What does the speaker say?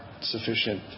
sufficient